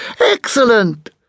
Excellent